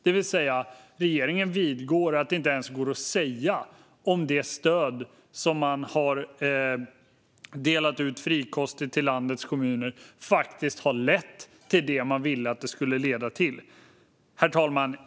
Det vill säga att regeringen vidgår att det inte ens går att säga om det stöd som man frikostigt delat ut till landets kommuner faktiskt har lett till det man ville att det skulle leda till. Herr talman!